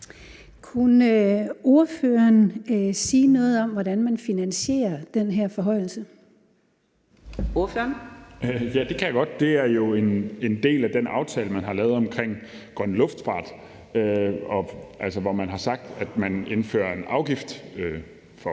Ordføreren. Kl. 11:43 Jens Joel (S): Ja, det kan jeg godt. Det er jo en del af den aftale, man har lavet omkring grøn luftfart, hvor man har sagt, at man indfører en afgift på